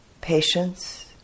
patience